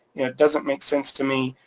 it doesn't make sense to me,